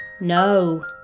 No